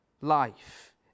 life